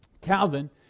Calvin